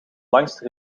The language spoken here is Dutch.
langste